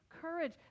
courage